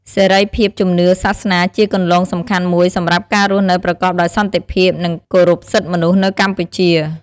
សេរីភាពជំនឿសាសនាជាគន្លងសំខាន់មួយសម្រាប់ការរស់នៅប្រកបដោយសន្តិភាព និងគោរពសិទ្ធិមនុស្សនៅកម្ពុជា។